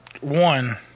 one